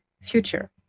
future